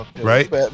Right